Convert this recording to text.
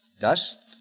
dust